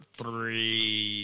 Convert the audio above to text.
three